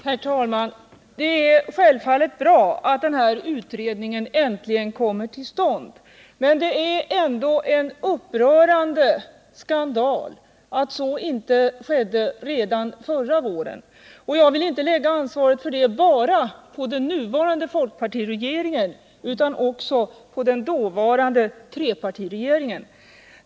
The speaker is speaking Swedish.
Herr talman! Det är självfallet bra att den här utredningen äntligen kommer till stånd. Men det är ändå en upprörande skandal att så inte skedde redan förra våren. Jag vill inte lägga ansvaret för det bara på den nuvarande folkpartiregeringen utan också på den dåvarande trepartiregeringen.